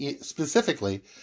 specifically